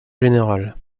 générale